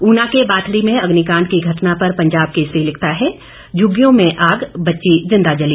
ऊना के बाथड़ी में अग्निकांड की घटना पर पंजाब केसरी लिखता है झुग्गियों में आग बच्ची जिंदा जली